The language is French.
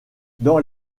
dans